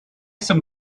some